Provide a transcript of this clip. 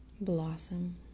blossom